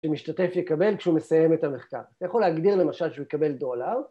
שמשתתף יקבל כשהוא מסיים את המחקר. אתה יכול להגדיר למשל שהוא יקבל דולר